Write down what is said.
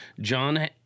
John